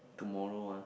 tomorrow ah